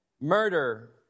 Murder